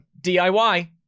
DIY